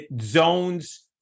zones